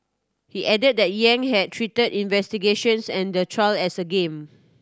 he added that Yang had treated investigations and the trial as a game